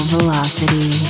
Velocity